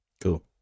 Cool